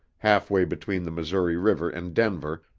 half way between the missouri river and denver,